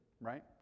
right